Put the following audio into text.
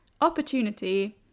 opportunity